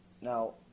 Now